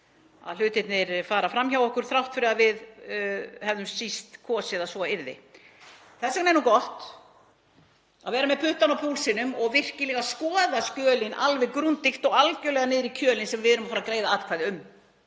að hlutirnir fara fram hjá okkur þrátt fyrir að við hefðum síst kosið að svo yrði. Þess vegna er nú gott að vera með puttann á púlsinum og virkilega skoða skjölin alveg grundigt og algerlega niður í kjölinn sem við erum að fara að greiða atkvæði um,